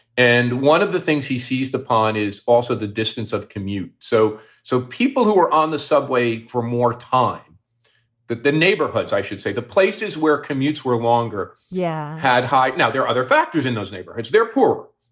and one of the things he seized upon is also the distance of the commute. so so people who were on the subway for more time that the neighborhoods, i should say, the places where commutes were longer. yeah. had high. now, there are other factors in those neighborhoods. they're poor.